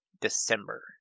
December